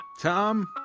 Tom